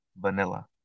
vanilla